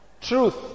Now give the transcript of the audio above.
Truth